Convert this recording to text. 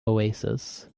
oasis